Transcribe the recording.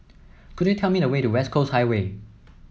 could you tell me the way to West Coast Highway